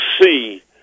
see